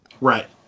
right